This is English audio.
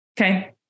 Okay